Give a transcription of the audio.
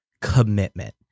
commitment